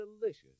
delicious